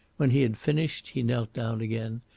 when he had finished he knelt down again,